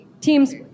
teams